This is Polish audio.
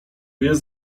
jest